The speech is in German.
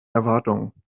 erwartungen